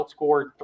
outscored